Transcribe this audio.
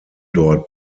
dort